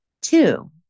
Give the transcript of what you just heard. Two